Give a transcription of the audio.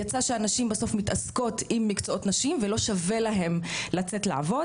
יצא שנשים מתעסקות עם מקצועות נשים ולא שווה להם לצאת לעבוד.